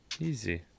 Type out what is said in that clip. easy